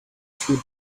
food